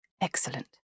Excellent